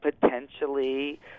potentially